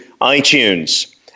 iTunes